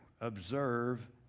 Observe